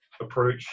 approach